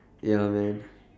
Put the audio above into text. ya man